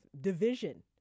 division